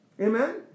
amen